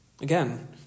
Again